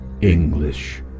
English